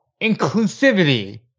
inclusivity